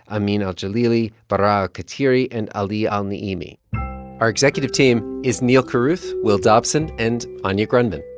ameen al-jaleeli, baraa ktiri and ali al naemi. our executive team is neal carruth, will dobson and anya grundmann.